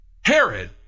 Herod